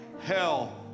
Hell